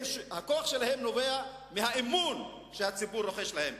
הכוח שלהם נובע מהאמון שהציבור רוחש להם.